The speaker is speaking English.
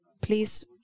Please